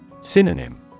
Synonym